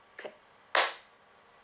okay